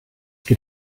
get